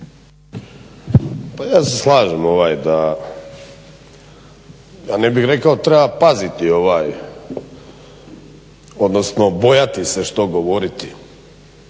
Pa ja se slažem ovaj da, ja ne bih rekao da treba paziti ovaj, odnosno bojati se što govoriti.